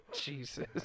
Jesus